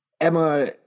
emma